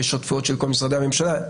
יש שותפויות של כל משרדי הממשלה,